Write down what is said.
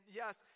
yes